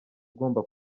ugomba